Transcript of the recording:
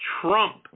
trump